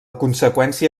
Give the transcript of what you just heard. conseqüència